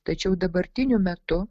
tačiau dabartiniu metu